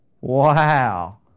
wow